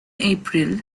april